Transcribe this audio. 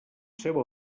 seu